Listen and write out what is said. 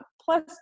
Plus